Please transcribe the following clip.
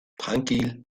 tranquille